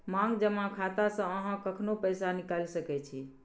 मांग जमा खाता सं अहां कखनो पैसा निकालि सकै छी